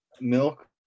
milk